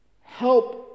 help